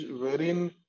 wherein